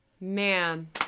Man